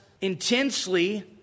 intensely